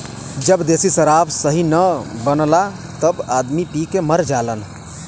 जब देशी शराब सही न बनला तब आदमी पी के मर जालन